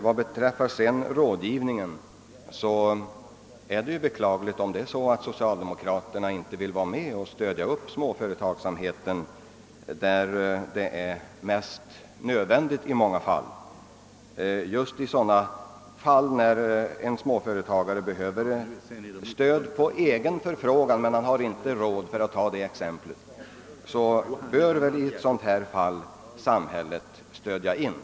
Vad beträffar frågan om rådgivningen, är det beklagligt att socialdemokraterna inte vill vara med om att stödja småföretagsamheten där detta är som mest nödvändigt.